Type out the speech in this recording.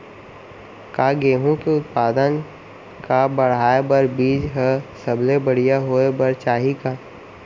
का गेहूँ के उत्पादन का बढ़ाये बर बीज ह सबले बढ़िया होय बर चाही का?